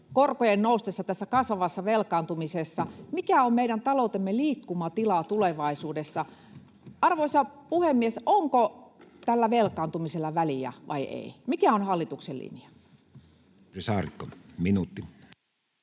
korkojen noustessa tässä kasvavassa velkaantumisessa? Mikä on meidän taloutemme liikkumatila tulevaisuudessa? Arvoisa puhemies! Onko tällä velkaantumisella väliä vai ei? Mikä on hallituksen linja?